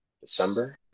December